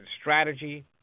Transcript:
strategy